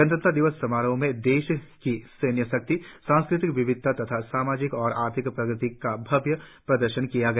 गणतंत्र दिवस समारोह में देश की सैन्य शक्ति सांस्कृतिक विविधता तथा सामाजिक और आर्थिक प्रगति का भव्य प्रदर्शन किया गया